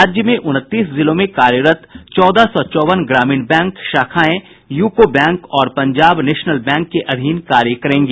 राज्य में उनतीस जिलों में कार्यरत चौदह सौ चौवन ग्रामीण बैंक शाखाएं यूको बैंक और पंजाब नेशनल बैंक के अधीन कार्य करेंगी